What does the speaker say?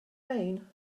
rain